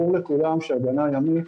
ברור לכולם שהגנה ימית